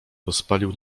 rozpalił